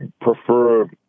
prefer